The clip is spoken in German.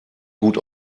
gut